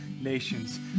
nations